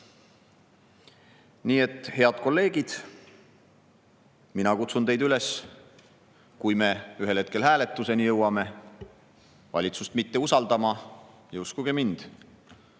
Nii et, head kolleegid, mina kutsun teid üles, kui me ühel hetkel hääletuseni jõuame, valitsust mitte usaldama. Ja uskuge mind,